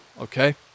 okay